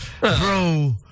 Bro